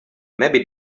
maybe